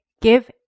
Give